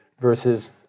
versus